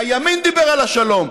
הימין דיבר על השלום.